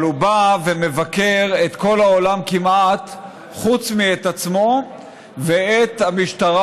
אבל הוא בא ומבקר את כל העולם כמעט חוץ מעצמו ואת המשטרה,